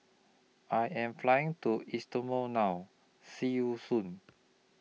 I Am Flying to East Timor now See YOU Soon